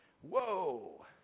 Whoa